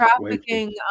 trafficking